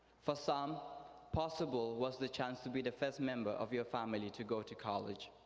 for some possible was the chance to be the first member of your family to go to college.